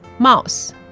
mouse